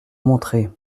montrer